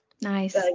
nice